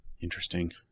Interesting